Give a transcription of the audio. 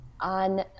on